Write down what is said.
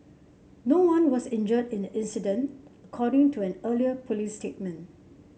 no one was injured in the incident according to an earlier police statement